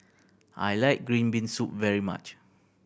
I like green bean soup very much